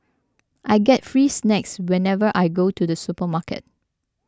I get free snacks whenever I go to the supermarket